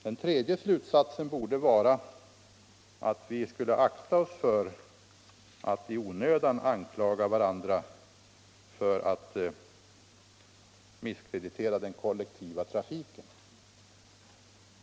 Den tredje borde vara att vi skulle akta oss för att i onödan anklaga varandra för att misskreditera den kollektiva trafiken.